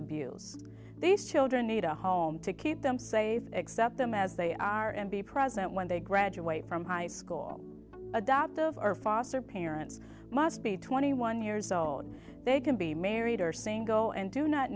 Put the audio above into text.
abuse these children need a home to keep them safe accept them as they are and be present when they graduate from high school adoptive or foster parents must be twenty one years old they can be married or single and do not